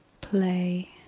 play